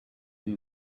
you